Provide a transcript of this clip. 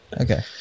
okay